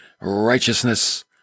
righteousness